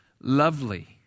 lovely